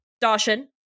Dawson